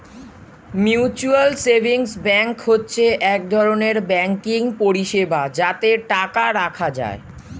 mutual savings bank হচ্ছে এক ধরনের ব্যাঙ্কিং পরিষেবা যাতে টাকা রাখা যায়